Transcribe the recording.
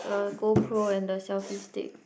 the go pro and the selfie stick